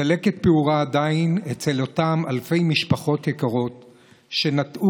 צלקת פעורה עדיין אצל אותן אלפי משפחות יקרות שניטעו,